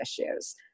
issues